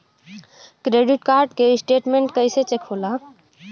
Credit card के statement कइसे check होला?